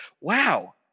wow